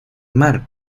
mar